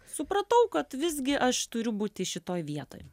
supratau kad visgi aš turiu būti šitoj vietoj